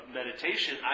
meditation